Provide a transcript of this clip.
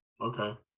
Okay